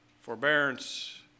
Forbearance